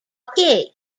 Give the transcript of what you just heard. kee